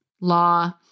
law